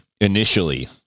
initially